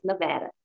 Nevada